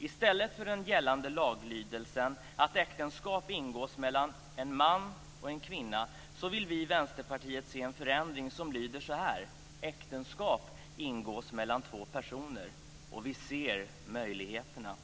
I stället för den gällande laglydelsen att äktenskap ingås mellan en man och en kvinna vill vi i Vänsterpartiet se en förändring så att laglydelsen blir så här: Äktenskap ingås mellan två personer. Och vi ser möjligheterna.